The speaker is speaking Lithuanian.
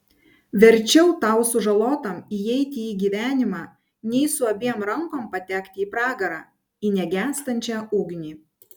verčiau tau sužalotam įeiti į gyvenimą nei su abiem rankom patekti į pragarą į negęstančią ugnį